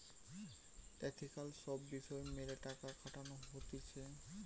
ethical সব বিষয় মেলে টাকা খাটানো হতিছে